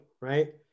right